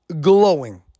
glowing